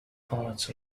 parts